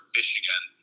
Michigan